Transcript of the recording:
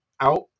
out